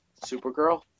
Supergirl